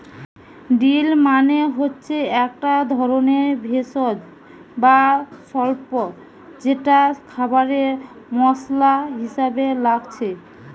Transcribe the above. deal মানে হচ্ছে একটা ধরণের ভেষজ বা স্বল্প যেটা খাবারে মসলা হিসাবে লাগছে